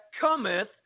cometh